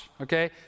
okay